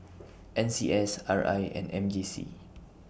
N C S R I and M J C